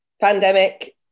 pandemic-